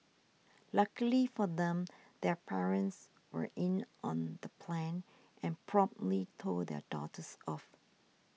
luckily for them their parents were in on the plan and promptly told their daughters off